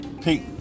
Pete